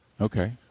Okay